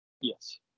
Yes